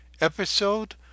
episode